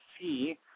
see